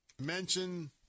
mention